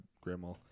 grandma